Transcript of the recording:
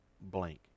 blank